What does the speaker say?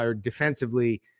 defensively